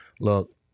Look